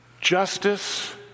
Justice